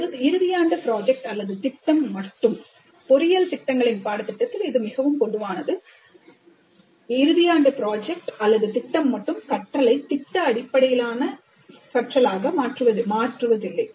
ஒரு இறுதி ஆண்டு ப்ராஜெக்ட் அல்லது திட்டம் மட்டும் பொறியியல் திட்டங்களின் பாடத்திட்டத்தில் இது மிகவும் பொதுவானது கற்றலை திட்ட அடிப்படையிலான மாற்றுவதில்லை